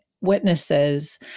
witnesses